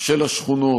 של השכונות